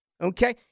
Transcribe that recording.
okay